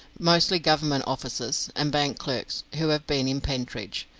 mostly government officers and bank clerks, who have been in pentridge.